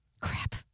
Crap